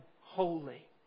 holy